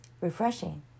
refreshing